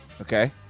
Okay